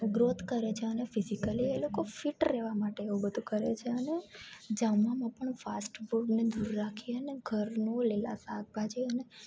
growth કરે છે અને ફિઝિકલી એ લોકો ફિટ રહેવા માટે એવું બધું કરે છે અને જમવામાં પણ ફાસ્ટ ફૂડને દૂર રાખી અને ઘરનું લીલા શાકભાજી અને